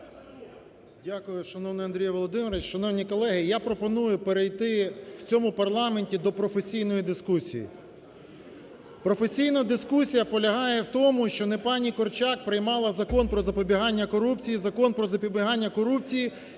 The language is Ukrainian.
Дякую, шановний Андрій Володимирович! Шановні колеги, я пропоную перейти в цьому парламенті до професійної дискусії. Професійна дискусія полягає в тому, що не пані Корчак приймала Закон про запобігання корупції. Закон про запобігання корупції,